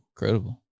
Incredible